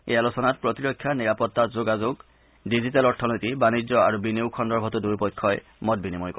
এই আলোচনাত প্ৰতিৰক্ষা নিৰাপত্তা যোগাযোগ ডিজিটেল অৰ্থনীতি বাণিজ্য আৰু বিনিয়োগ সন্দৰ্ভতো দুয়োপক্ষই মত বিনিময় কৰে